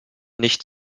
nicht